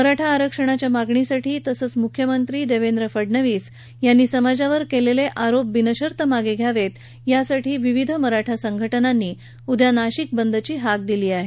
मराठा आरक्षणाच्या मागणीसाठी तसंच मुख्यमंत्री देवेंद्र फडनवीस यांनी समाजावर केलेले आरोप बिनशर्त मागं घ्यावेत यासाठी विविध मराठा संघटनांनी उद्या नाशिक बंदची हाक दिली आहे